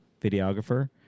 videographer